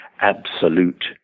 absolute